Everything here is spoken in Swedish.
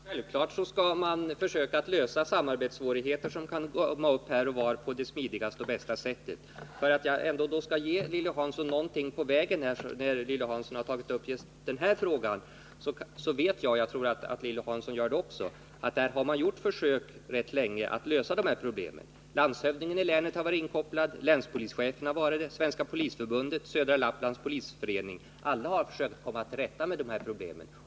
Herr talman! Självfallet skall man försöka lösa de samarbetssvårigheter som kan uppstå här och var på det smidigaste och bästa sättet. För att ändå ge Lilly Hansson någonting med på vägen i just den här frågan vill jag säga att jag vet — och jag tror att Lilly Hansson också vet det — att man rätt länge gjort försök att lösa de här problemen. Landshövdingen i länet har varit inkopplad liksom länspolischefen, Svenska polisförbundet och Södra Lapplands polisförening. Alla dessa har försökt komma till rätta med de här problemen.